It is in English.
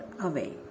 away